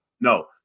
No